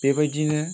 बेबायदियैनो